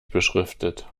beschriftet